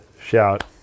shout